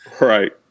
Right